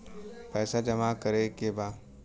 पैसा जमा करे के बा?